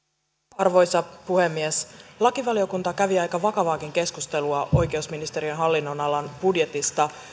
arvoisa puhemies lakivaliokunta kävi aika vakavaakin keskustelua oikeusministeriön hallinnonalan budjetista